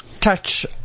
touch